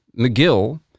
McGill